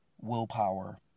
willpower